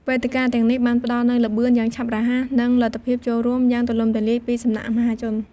វេទិកាទាំងនេះ បានផ្ដល់នូវ ល្បឿន យ៉ាងឆាប់រហ័ស និង លទ្ធភាពចូលរួម យ៉ាងទូលំទូលាយពីសំណាក់មហាជន។